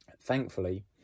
Thankfully